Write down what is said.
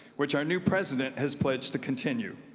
which our new president has pledged to continued.